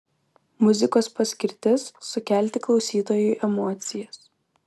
muzikos paskirtis sukelti klausytojui emocijas